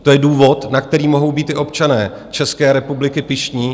To je důvod, na který mohou být i občané České republiky pyšní.